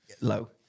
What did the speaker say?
low